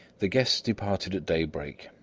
the guests departed at daybreak,